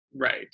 Right